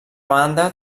banda